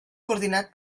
coordinat